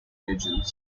origins